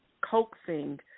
coaxing